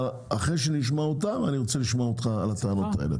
ואחרי שנשמע אותם אני אבקש לשמוע את תגובתך על הטענות האלה.